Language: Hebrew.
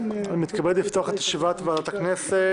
אני מתכבד לפתוח את ישיבת ועדת הכנסת.